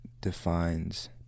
defines